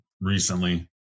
recently